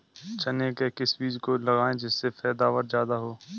चने के किस बीज को लगाएँ जिससे पैदावार ज्यादा हो?